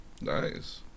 Nice